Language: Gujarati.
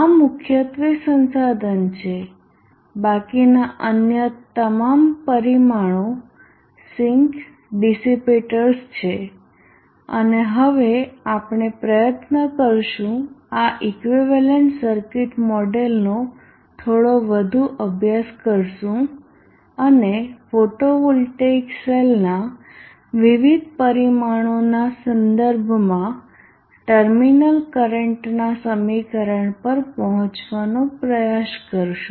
આ મુખ્યત્વે સંસાધન છે બાકીના અન્ય તમામ પરિમાણો સિંક ડિસીપેટર્સ છે અને હવે આપણે પ્રયત્ન કરીશું આ ઇક્વિવેલન્ટ સર્કિટ મોડેલનો થોડો વધુ અભ્યાસ કરીશું અને ફોટોવોલ્ટેઇક સેલના વિવિધ પરિમાણોના સંદર્ભમાં ટર્મિનલ કરંટના સમીકરણ પર પહોંચવાનો પ્રયાસ કરીશું